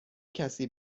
کسی